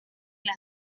las